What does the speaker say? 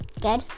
Good